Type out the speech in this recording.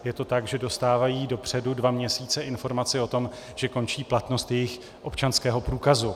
Je to tak, že dostávají dopředu dva měsíce informaci o tom, že končí platnost jejich občanského průkazu.